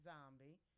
Zombie